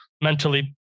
mentally